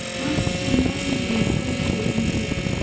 monks and nuns, in a cloister's moods,